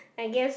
I guess